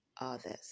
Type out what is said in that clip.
others